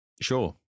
Sure